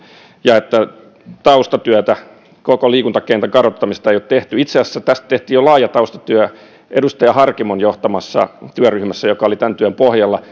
ja sitä kritisoitiin että taustatyötä koko liikuntakentän kartoittamisessa ei ole tehty itse asiassa tästä tehtiin jo edustaja harkimon johtamassa työryhmässä laaja taustatyö joka oli tämän työn pohjalla